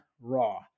Raw